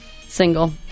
single